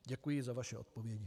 Děkuji za vaše odpovědi.